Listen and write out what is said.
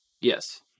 Yes